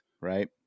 Right